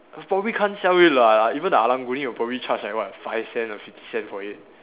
probably can't sell it lah even the karang-guni will probably charge like what five cent or fifty cent for it